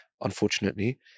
unfortunately